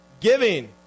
Giving